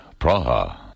Praha